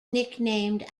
nicknamed